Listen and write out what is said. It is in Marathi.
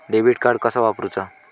डेबिट कार्ड कसा वापरुचा?